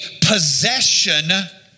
possession